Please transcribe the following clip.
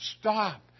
Stop